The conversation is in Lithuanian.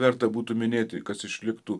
verta būtų minėti kad išliktų